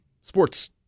sports